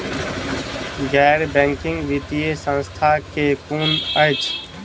गैर बैंकिंग वित्तीय संस्था केँ कुन अछि?